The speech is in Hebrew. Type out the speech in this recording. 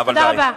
תודה רבה.